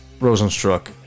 Rosenstruck